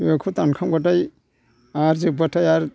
बेखौ दानखांबाथाय आरो जोब्बाथाय आरो